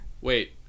Wait